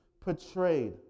portrayed